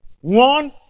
One